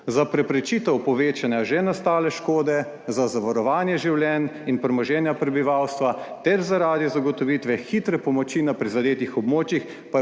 Za preprečitev povečanja že nastale škode, za zavarovanje življenj in premoženja prebivalstva ter zaradi zagotovitve hitre pomoči na prizadetih območjih